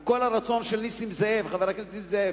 עם כל הרצון של חבר הכנסת נסים זאב,